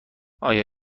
آیا